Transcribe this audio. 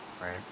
Right